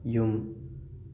ꯌꯨꯝ